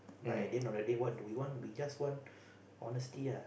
but in the end already what do we want we just want honesty ah